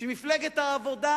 שמפלגת העבודה,